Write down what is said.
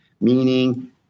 meaning